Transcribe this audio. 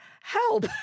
Help